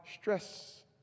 stress